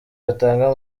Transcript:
batanga